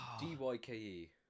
d-y-k-e